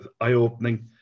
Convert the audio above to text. eye-opening